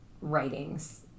writings